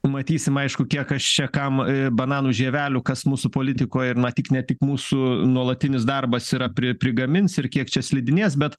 matysim aišku kiek kas čia kam bananų žievelių kas mūsų politikoj na ne tik mūsų nuolatinis darbas yra pri prigamins ir kiek čia slidinės bet